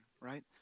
right